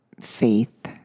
faith